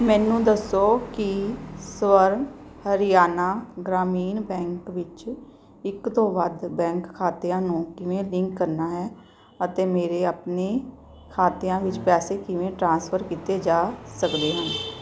ਮੈਨੂੰ ਦੱਸੋ ਕਿ ਸਵਰ ਹਰਿਆਣਾ ਗ੍ਰਾਮੀਣ ਬੈਂਕ ਵਿੱਚ ਇੱਕ ਤੋਂ ਵੱਧ ਬੈਂਕ ਖਾਤਿਆਂ ਨੂੰ ਕਿਵੇਂ ਲਿੰਕ ਕਰਨਾ ਹੈ ਅਤੇ ਮੇਰੇ ਆਪਣੇ ਖਾਤਿਆਂ ਵਿੱਚ ਪੈਸੇ ਕਿਵੇਂ ਟ੍ਰਾਂਸਫਰ ਕੀਤੇ ਜਾ ਸਕਦੇ ਹਨ